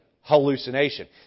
hallucination